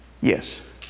Yes